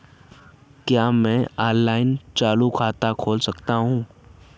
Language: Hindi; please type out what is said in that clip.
क्या मैं ऑनलाइन चालू खाता खोल सकता हूँ?